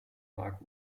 mark